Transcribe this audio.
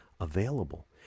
available